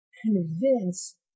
Convince